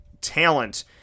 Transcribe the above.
talent